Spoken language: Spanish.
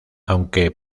aunque